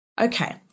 Okay